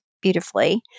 beautifully